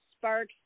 sparks